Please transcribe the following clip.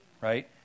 right